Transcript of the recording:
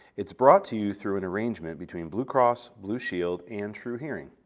it's brought to you through an arrangement between blue cross blue shield and truhearing.